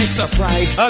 surprise